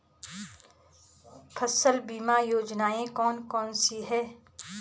फसल बीमा योजनाएँ कौन कौनसी हैं?